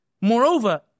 Moreover